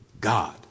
God